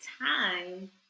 time